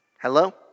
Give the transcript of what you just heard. Hello